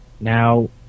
Now